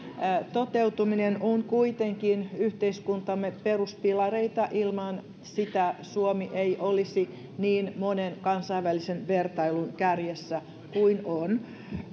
toteutuminen on kuitenkin yhteiskuntamme peruspilareita ilman sitä suomi ei olisi niin monen kansainvälisen vertailun kärjessä kuin on